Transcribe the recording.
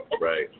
right